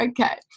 Okay